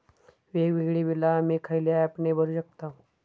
वेगवेगळी बिला आम्ही खयल्या ऍपने भरू शकताव?